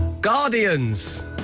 Guardians